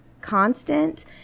constant